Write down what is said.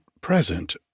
present